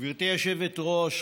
גברתי היושבת-ראש,